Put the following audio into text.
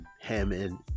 Hammond